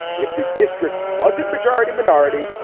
if the district wasn't majority minority,